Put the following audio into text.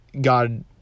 God